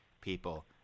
people